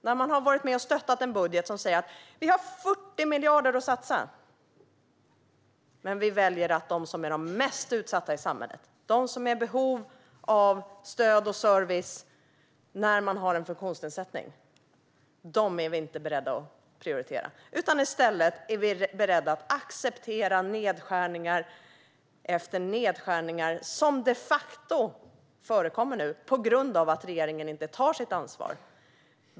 När man har varit med och stöttat en budget som säger "vi har 40 miljarder att satsa, men vi väljer att inte prioritera de mest utsatta i samhället, de som är i behov av stöd och service vid en funktionsnedsättning". I stället är ni beredda att acceptera nedskärning efter nedskärning, vilket de facto nu förekommer på grund av att regeringen inte tar sitt ansvar.